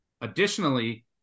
Additionally